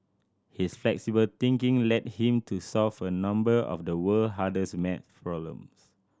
his flexible thinking led him to solve a number of the world hardest math problems